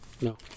No